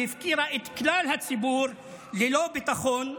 והפקירה את כלל הציבור ללא ביטחון,